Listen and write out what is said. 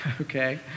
okay